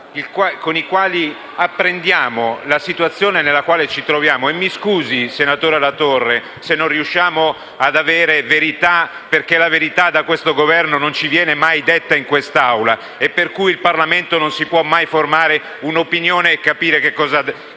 dai quali apprendiamo la situazione nella quale ci troviamo, mi scusi, senatore Latorre, se non riusciamo ad avere verità, perché la verità da questo Governo non ci viene mai detta in quest'Aula, per cui il Parlamento non si può mai formare un'opinione e non riesce a